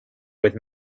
with